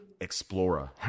Explorer